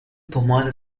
پماد